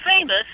famous